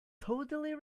totally